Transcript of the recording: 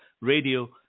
Radio